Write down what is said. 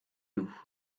nous